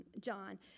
John